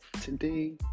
today